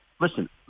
Listen